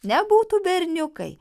nebūtų berniukai